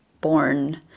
born